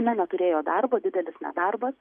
na neturėjo darbo didelis nedarbas